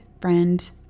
friend